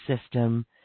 system